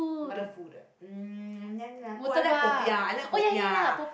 what the food the hmm yum yum oh I like popiah I like popiah